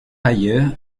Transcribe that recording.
ailleurs